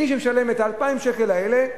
מי שמשלם את 2,000 השקל האלה,